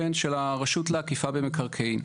של הרשות לאכיפה במקרקעין.